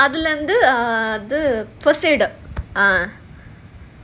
அதுல வந்து:adhula vandhu first aider ah